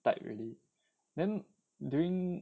type already then during